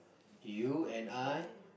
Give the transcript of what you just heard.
you and I